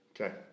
Okay